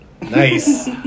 Nice